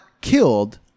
killed